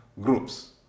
groups